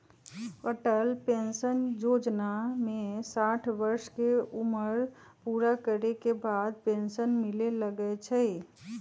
Atal pension जोजना में साठ वर्ष के उमर पूरा करे के बाद पेन्सन मिले लगैए छइ